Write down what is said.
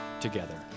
together